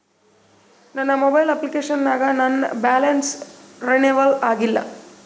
ನನ್ನ mobile application ನಾಗ ನನ್ ಬ್ಯಾಲೆನ್ಸ್ ರೀನೇವಲ್ ಆಗಿಲ್ಲ